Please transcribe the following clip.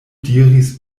diris